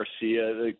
Garcia